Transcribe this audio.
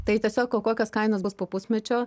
tai tiesiog o kokios kainos bus po pusmečio